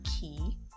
key